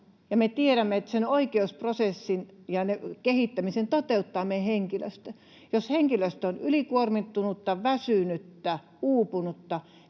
me tiedämme, että sen oikeusprosessin ja kehittämisen toteuttaa meidän henkilöstö. Jos henkilöstö on ylikuormittunutta, väsynyttä, uupunutta,